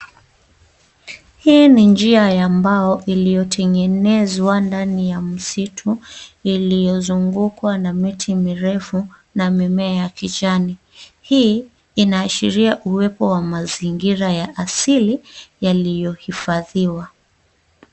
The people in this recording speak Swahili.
Hii ni njia ya mbao iliyotengenezwa ndani ya msitu iliyozungukwa na miti mirefu na mimea ya kijani. Hii inaashiria uwepo wa mazingira ya asili yaliyohifadhiwa.